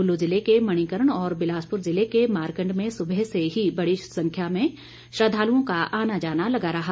कुल्लू ज़िले के मणिकर्ण और बिलासपुर जिले के मारकंड में सुबह से ही बड़ी संख्या में श्रद्धालुओं का आना जाना लगा रहा